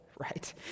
right